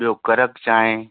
ॿियो कड़क चांहि